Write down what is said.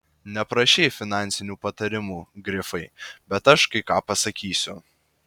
neprašei finansinių patarimų grifai bet aš kai ką pasakysiu